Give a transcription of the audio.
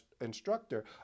instructor